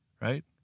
right